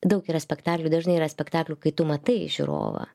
daug yra spektaklių dažnai yra spektaklių kai tu matai žiūrovą